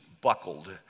buckled